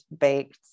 baked